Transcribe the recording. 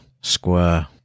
square